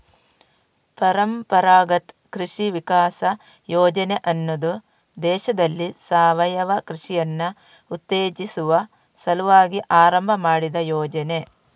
ಪರಂಪರಾಗತ್ ಕೃಷಿ ವಿಕಾಸ ಯೋಜನೆ ಅನ್ನುದು ದೇಶದಲ್ಲಿ ಸಾವಯವ ಕೃಷಿಯನ್ನ ಉತ್ತೇಜಿಸುವ ಸಲುವಾಗಿ ಆರಂಭ ಮಾಡಿದ ಯೋಜನೆ